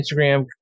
Instagram